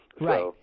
Right